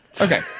Okay